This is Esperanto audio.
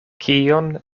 kion